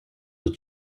aux